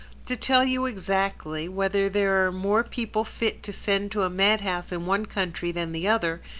to tell you exactly, whether there are more people fit to send to a madhouse in one country than the other,